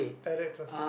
direct translate